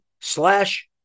slash